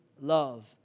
love